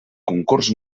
concurs